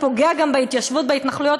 אין ספק שזה פוגע גם בהתיישבות, בהתנחלויות.